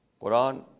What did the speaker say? Quran